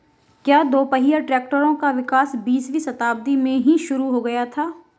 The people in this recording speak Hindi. क्या दोपहिया ट्रैक्टरों का विकास बीसवीं शताब्दी में ही शुरु हो गया था?